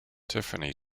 tiffany